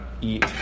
eat